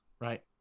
right